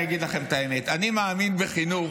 אני אגיד לכם את האמת: אני מאמין בחינוך,